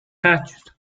hatched